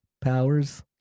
Powers